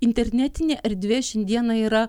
internetinė erdvė šiandieną yra